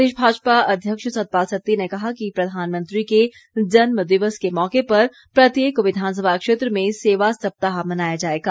प्रदेश भाजपा अध्यक्ष सतपाल सत्ती ने कहा कि प्रधानमंत्री के जन्म दिवस के मौके पर प्रत्येक विधानसभा क्षेत्र में सेवा सप्ताह मनाया जाएगा